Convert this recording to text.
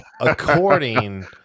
according